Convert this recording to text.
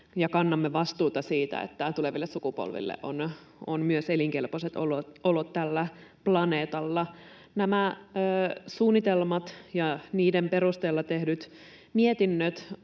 ja kannamme vastuuta siitä, että tuleville sukupolville on myös elinkelpoiset olot tällä planeetalla. Nämä suunnitelmat ja niiden perusteella tehdyt mietinnöt